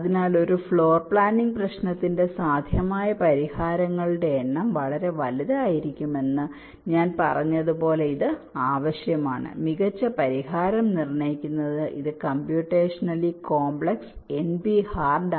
അതിനാൽ ഒരു floor planning പ്രശ്നത്തിന്റെ സാധ്യമായ പരിഹാരങ്ങളുടെ എണ്ണം വളരെ വലുതായിരിക്കുമെന്ന് ഞാൻ പറഞ്ഞതുപോലെ ഇത് ആവശ്യമാണ് മികച്ച പരിഹാരം നിർണ്ണയിക്കുന്നത് ഇത് കംപ്യുറ്റേഷനലി കോംപ്ലക്സ് NP ഹാർഡ്